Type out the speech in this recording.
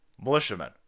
Militiamen